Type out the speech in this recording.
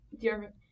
dear